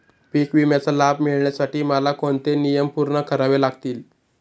पीक विम्याचा लाभ मिळण्यासाठी मला कोणते नियम पूर्ण करावे लागतील?